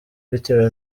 bitewe